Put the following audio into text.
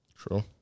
True